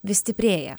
vis stiprėja